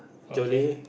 Jolie